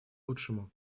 лучшему